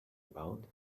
about